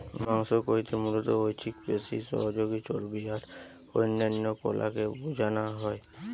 মাংস কইতে মুলত ঐছিক পেশি, সহযোগী চর্বী আর অন্যান্য কলাকে বুঝানা হয়